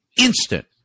instant